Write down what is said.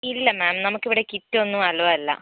ഇല്ല മാം നമുക്കിവിടെ കിറ്റ് ഒന്നും അലോ അല്ല